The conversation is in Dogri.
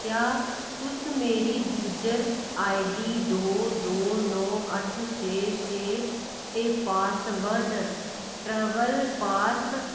क्या तुस मेरी यूजर आई डी दो दो नौ अट्ठ छे छे ते पासवर्ड ट्रैवलपास